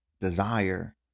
desire